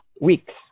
weeks